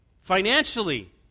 financially